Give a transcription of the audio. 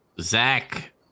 Zach